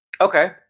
Okay